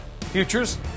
Futures